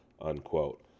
Unquote